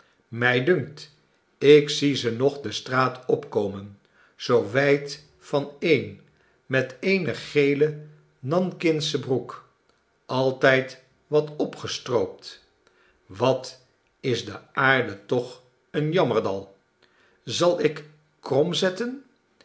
mij dunkt ik zie ze nog de straat opkomen zoo wijd van een met eene gele nankinsche broek altijd wat opgestroopt wat is de aarde toch een jammerdal zal ik krom zetten